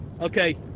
Okay